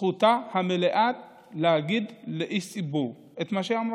זכותה המלאה להגיד לאיש ציבור את מה שהיא אמרה.